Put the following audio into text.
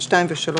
על סעיף 2 ו-3